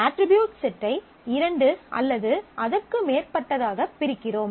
attribute செட்டை இரண்டு அல்லது அதற்கு மேற்பட்டதாக பிரிக்கிறோம்